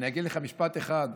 אני אגיד לך משפט אחד,